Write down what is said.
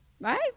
Right